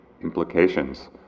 implications